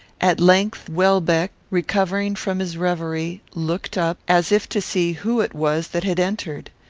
at length, welbeck, recovering from his reverie, looked up, as if to see who it was that had entered.